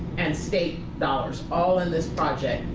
and state dollars all in this project.